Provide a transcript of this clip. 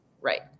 Right